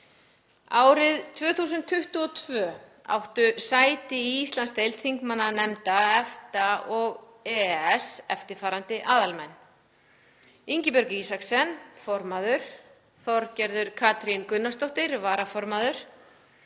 Árið 2022 áttu sæti í Íslandsdeild þingmannanefnda EFTA og EES eftirfarandi aðalmenn: Ingibjörg Isaksen, formaður, Þorgerður Katrín Gunnarsdóttir, varaformaður,